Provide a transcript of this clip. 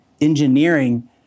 engineering